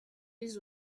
les